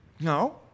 No